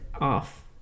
off